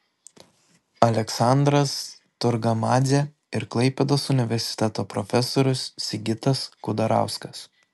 aleksandras targamadzė ir klaipėdos universiteto profesorius sigitas kudarauskas